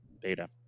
beta